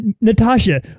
Natasha